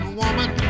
woman